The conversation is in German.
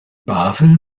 basel